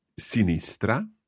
sinistra